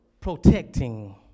protecting